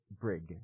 brig